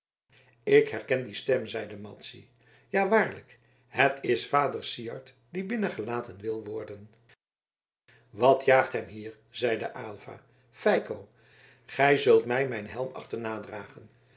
ik herken die stem zeide madzy ja waarlijk het is vader syard die binnengelaten wil worden wat jaagt hem hier zeide aylva feiko gij zult mij mijn helm